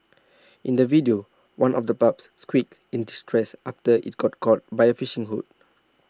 in the video one of the pups squeaked in distress after IT got caught by the fishing hook